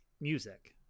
music